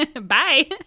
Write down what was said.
bye